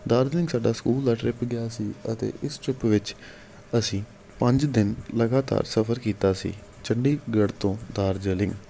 ਦਾਰਜਲਿੰਗ ਸਾਡਾ ਸਕੂਲ ਦਾ ਟਰਿਪ ਗਿਆ ਸੀ ਅਤੇ ਇਸ ਟਰਿਪ ਵਿੱਚ ਅਸੀਂ ਪੰਜ ਦਿਨ ਲਗਾਤਾਰ ਸਫ਼ਰ ਕੀਤਾ ਸੀ ਚੰਡੀਗੜ੍ਹ ਤੋਂ ਦਾਰਜਲਿੰਗ